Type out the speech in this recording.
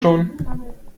schon